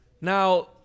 Now